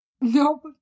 Nope